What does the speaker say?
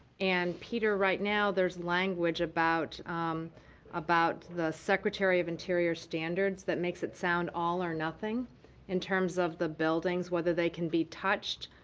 and, peter, right now there's language about about the secretary of interior standards that makes it sound all or nothing in terms of the buildings, whether they can touched